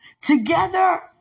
Together